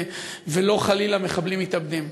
ולא חלילה מחבלים מתאבדים.